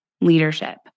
leadership